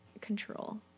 control